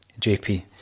JP